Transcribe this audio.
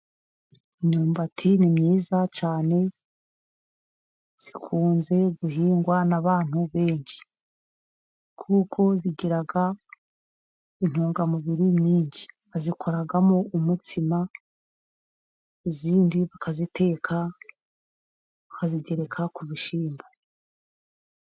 Imyumbati ni myiza cyane, ikunzwe guhingwa n'abantu benshi, kuko igira intungamubiri nyinshi, bayikoramo umutsima, iyindi bakayiteka, bakayigereka ku bishyimbo.